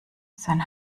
sein